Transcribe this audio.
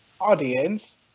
Audience